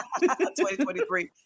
2023